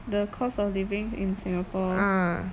the cost of living in singapore